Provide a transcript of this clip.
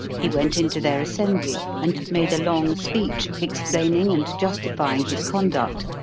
he went into their assembly and made a long speech, explaining and justifying his conduct,